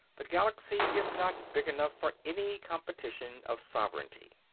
the galaxy is not big enough for any competition of sovereignty.